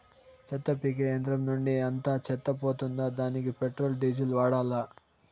చెత్త పీకే యంత్రం నుండి అంతా చెత్త పోతుందా? దానికీ పెట్రోల్, డీజిల్ వాడాలా?